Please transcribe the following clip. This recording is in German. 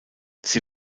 sie